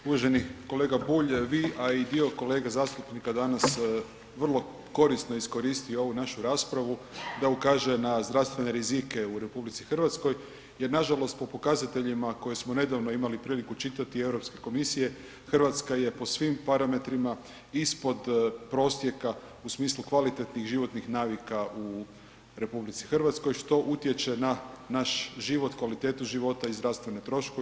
Uvaženi kolega Bulj, vi, a i dio kolega zastupnika danas vrlo korisno iskoristio ovu našu raspravu da ukaže na zdravstvene rizike u RH jer nažalost po pokazateljima koje smo nedavno imali čitati Europske komisije Hrvatska je po svim parametrima ispod prosjeka u smislu kvalitetnih životnih navika u RH što utječe na naš život, kvalitetu života i zdravstvene troškove.